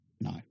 No